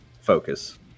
focus